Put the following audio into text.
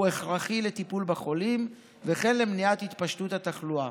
הכרחי לטיפול בחולים ולמניעת התפשטות התחלואה.